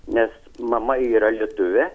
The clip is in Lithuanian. nes mama yra lietuvė